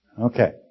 Okay